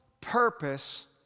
purpose